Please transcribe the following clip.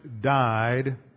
died